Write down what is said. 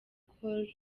col